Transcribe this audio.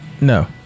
No